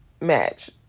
match